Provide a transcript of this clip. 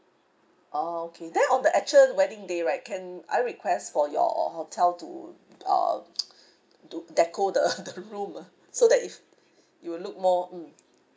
orh okay then on the actual wedding day right can I request for your hotel to uh do decor the the room so that it it will look more mm